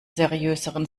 seriöseren